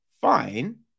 fine